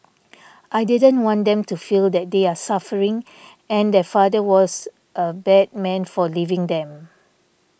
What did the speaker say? I didn't want them to feel that they were suffering and their father was a bad man for leaving them